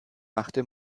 machte